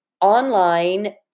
online